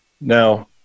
Now